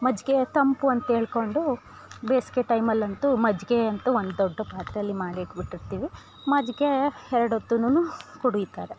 ಮಜ್ಜಿಗೆ ತಂಪು ಅಂತೇಳ್ಕೊಂಡು ಬೇಸಿಗೆ ಟೈಮಲ್ಲಿ ಅಂತು ಮಜ್ಜಿಗೆ ಅಂತು ಒಂದು ದೊಡ್ಡ ಪಾತ್ರೇಲಿ ಮಾಡಿಟ್ಬಿಟ್ಟಿರ್ತೀವಿ ಮಜ್ಜಿಗೆ ಎರಡು ಹೊತ್ತುನೂ ಕುಡೀತಾರೆ